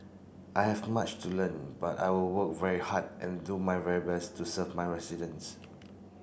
I have much to learn but I will work very hard and do my very best to serve my residents